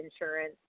insurance